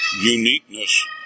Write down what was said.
uniqueness